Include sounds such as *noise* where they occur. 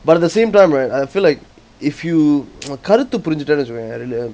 but at the same time right I feel like if you *noise* கருத்து புரிஞ்சிட்டுனு வச்சிக்கவன்:karuthu purichittunu vachikkavan